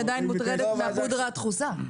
אני עדיין מוטרדת מהפודרה הדחוסה.